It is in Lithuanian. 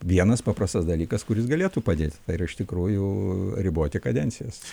vienas paprastas dalykas kuris galėtų padėti tai yra iš tikrųjų riboti kadencijas